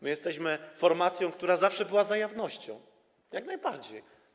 My jesteśmy formacją, która zawsze była za jawnością, jak najbardziej.